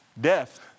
Death